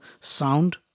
sound